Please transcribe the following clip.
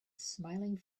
smiling